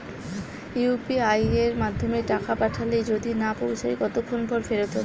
UPI য়ের মাধ্যমে টাকা পাঠালে যদি না পৌছায় কতক্ষন পর ফেরত হবে?